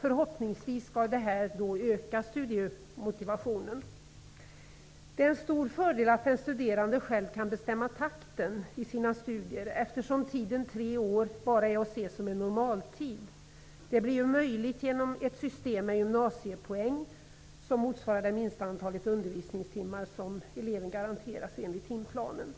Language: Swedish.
Förhoppningsvis skall detta öka studiemotivationen. Det är en stor fördel att den studerande själv kan bestämma takten i sina studier, eftersom tiden tre år bara är att se som en normaltid. Detta blir möjligt med hjälp av ett system med gymnasiepoäng, som motsvarar det minsta antalet undervisningstimmar som eleven garanteras enligt timplanen.